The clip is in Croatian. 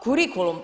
Kurikulum.